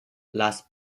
las